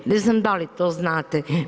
Ne znam da li to znate.